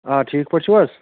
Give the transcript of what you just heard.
آ ٹھیٖک پٲٹھۍ چھِو حظ